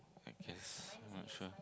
I guess not sure